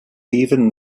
even